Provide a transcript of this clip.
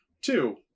Two